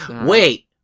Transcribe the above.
Wait